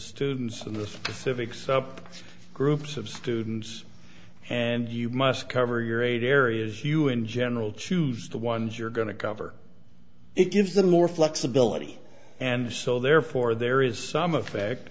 students and the specific sub groups of students and you must cover your eight areas you in general choose the ones you're going to cover it gives them more flexibility and so therefore there is some effect